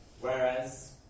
Whereas